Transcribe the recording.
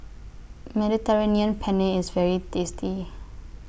Mediterranean Penne IS very tasty